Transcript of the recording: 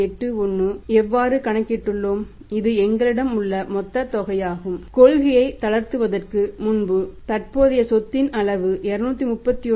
81 ஐ எவ்வாறு கணக்கிட்டுள்ளோம் இது எங்களிடம் உள்ள மொத்தத் தொகையாகும் கொள்கையை தளர்த்துவதற்கு முன்பு தற்போதைய சொத்தின் அளவு 231